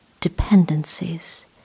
dependencies